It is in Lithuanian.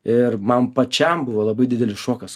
ir man pačiam buvo labai didelis šokas